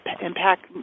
impact